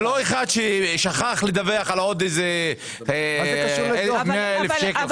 זה לא אחד ששכח לדווח על עוד איזה 100,000 שקל,